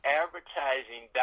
advertising